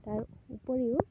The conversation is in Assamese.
তাৰ উপৰিও